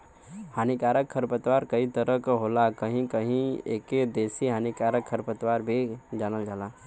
हानिकारक खरपतवार कई तरह क होला कहीं कहीं एके देसी हानिकारक खरपतवार भी जानल जाला